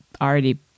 already